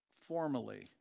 Formally